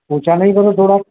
ઓછાં નહીં કરો થોડાક